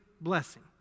blessing